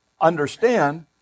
Understand